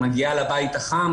היא מגיעה לבית החם,